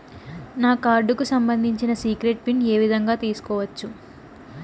నా కార్డుకు సంబంధించిన సీక్రెట్ పిన్ ఏ విధంగా తీసుకోవచ్చు?